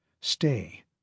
Stay